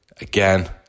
again